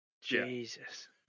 jesus